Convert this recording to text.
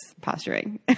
posturing